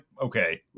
okay